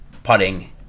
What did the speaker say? putting